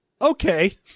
okay